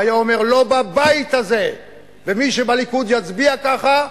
והיה אומר: לא בבית הזה, ומי שבליכוד יצביע ככה,